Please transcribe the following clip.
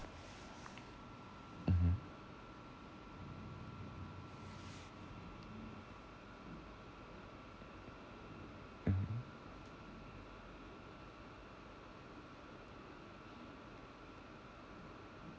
mmhmm